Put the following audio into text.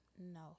No